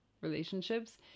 relationships